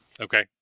Okay